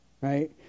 right